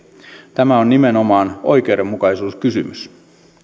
tämä on nimenomaan oikeudenmukaisuuskysymys